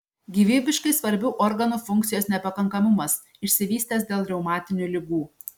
gyvybiškai svarbių organų funkcijos nepakankamumas išsivystęs dėl reumatinių ligų